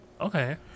Okay